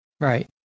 Right